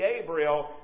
Gabriel